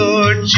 Lord